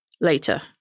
later